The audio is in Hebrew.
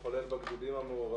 מגדרי.